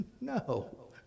No